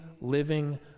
living